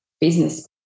business